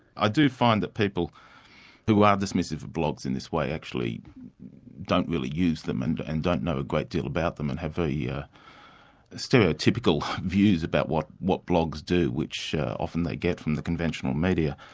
i do find that people who are dismissive of blogs in this way actually don't really use them and and don't know a great deal about them, and have very yeah stereotypical views about what what blogs do, which often they get from the conventional media.